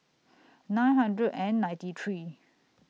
nine hundred and ninety three